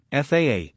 FAA